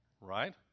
right